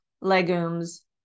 legumes